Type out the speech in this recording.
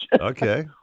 Okay